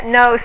no